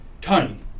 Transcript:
Tony